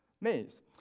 maze